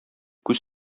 күз